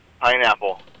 Pineapple